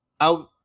out